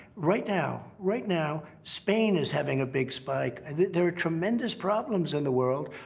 right now, right now, spain is having a big spike, and there are tremendous problems in the world.